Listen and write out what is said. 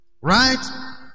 Right